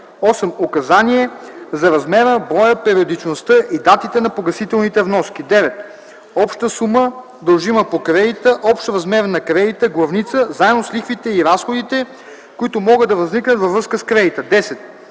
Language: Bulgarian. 8. указание за размера, броя, периодичността и датите на погасителните вноски; 9. обща сума, дължима по кредита (общ размер на кредита (главница), заедно с лихвите и разходите, които могат да възникнат във връзка с кредита); 10.